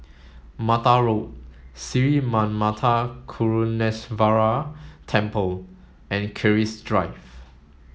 Mata Road Sri Manmatha Karuneshvarar Temple and Keris Drive